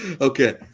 Okay